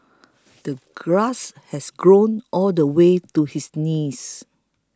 the grass has grown all the way to his knees